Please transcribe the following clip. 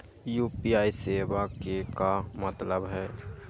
UPI सेवा के का मतलब है?